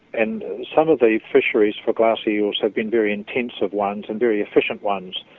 and some of the fisheries for glassy eels have been very intensive ones and very efficient ones,